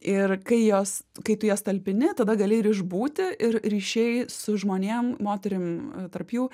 ir kai jos kai tu jas talpini tada gali ir išbūti ir ryšiai su žmonėm moterim tarp jų